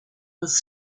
was